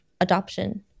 adoption